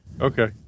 Okay